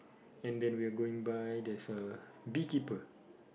and then we are going by there's a bee keeper